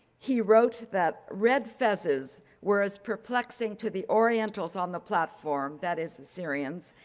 he wrote that red fezzes were as perplexing to the orientals on the platform. that is the syrians,